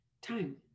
time